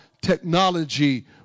Technology